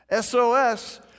SOS